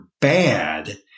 bad